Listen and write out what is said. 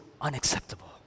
unacceptable